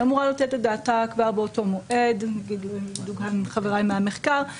היא אמורה לתת את דעתה כבר באותו מועד ולפסוק בשקלים.